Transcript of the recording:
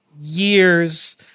years